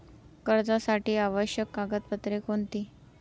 कर्जासाठी आवश्यक कागदपत्रे कोणती?